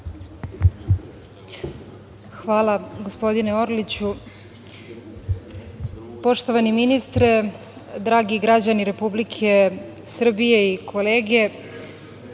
Hvala, gospodine Orliću. Poštovani ministre, dragi građani Republike Srbije i kolege,